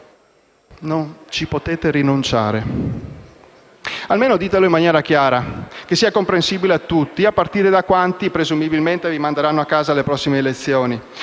Non ci potete rinunciare. Almeno ditelo in maniera chiara, che sia comprensibile a tutti, a partire da quanti presumibilmente vi manderanno a casa alle prossime elezioni.